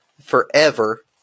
forever